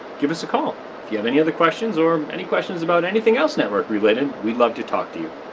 give us a call. if you have any other questions, or any questions about anything else network related, we'd love to talk to you.